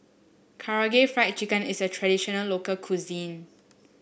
Karaage Fried Chicken is a traditional local cuisine